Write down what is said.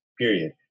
period